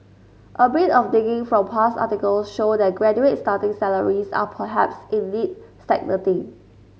a bit of digging from past articles show that graduate starting salaries are perhaps indeed stagnating